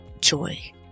joy